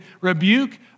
rebuke